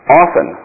often